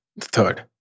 third